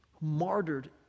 martyred